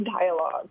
dialogue